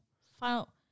Final